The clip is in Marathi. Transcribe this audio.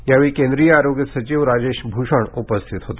यावेळी केंद्रीय आरोग्य सचिव राजेश भूषण उपस्थित होते